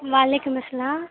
وعلیکم السلام